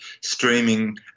streaming